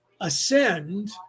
ascend